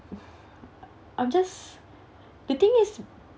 I I'm just the thing is